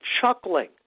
chuckling